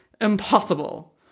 Impossible